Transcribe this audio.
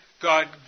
God